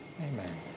Amen